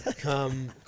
Come